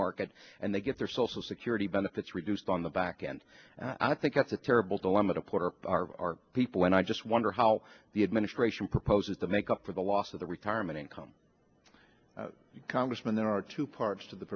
market and they get their social security benefits reduced on the back and i think that's a terrible dilemma to quarter our people and i just wonder how the administration proposes to make up for the loss of the retirement income congressman there are two parts of the